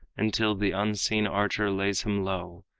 until the unseen archer lays him low.